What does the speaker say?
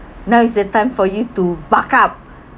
now is the time for you to buck up